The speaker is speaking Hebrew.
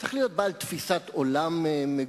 הוא צריך להיות בעל תפיסת עולם מגובשת,